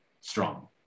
strong